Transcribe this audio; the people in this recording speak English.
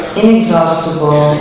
inexhaustible